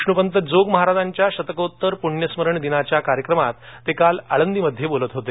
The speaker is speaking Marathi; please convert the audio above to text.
विष्णुपंत जोग महाराजांच्या शतकोत्तर पुण्यस्मरण दिनाच्या कार्यक्रमात ते काल आळंदीमध्ये बोलत होते